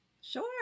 Sure